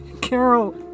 Carol